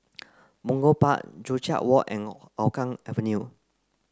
Punggol Park Joo Chiat Walk and Hougang Avenue